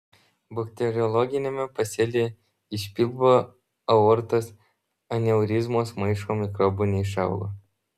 bakteriologiniame pasėlyje iš pilvo aortos aneurizmos maišo mikrobų neišaugo